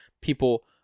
people